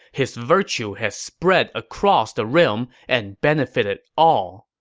his virtue has spread across the realm and benefitted all.